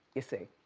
you see?